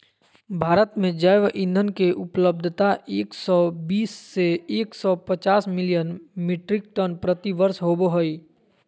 भारत में जैव ईंधन के उपलब्धता एक सौ बीस से एक सौ पचास मिलियन मिट्रिक टन प्रति वर्ष होबो हई